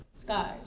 scars